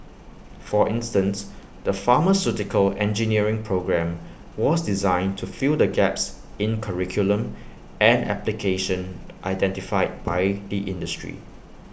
for instance the pharmaceutical engineering programme was designed to fill the gaps in curriculum and application identified by the industry